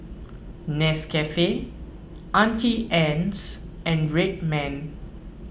Nescafe Auntie Anne's and Red Man